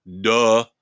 duh